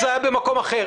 זה היה במקום אחר,